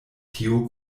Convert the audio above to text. tiu